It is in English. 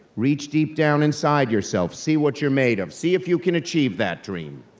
reach deep down inside yourself, see what you're made of, see if you can achieve that dream.